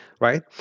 right